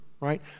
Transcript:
right